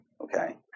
okay